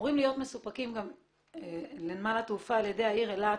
שאמורים להיות מסופקים גם לנמל התעופה על ידי העיר אילת